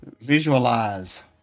Visualize